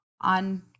on